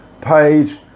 Page